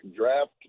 draft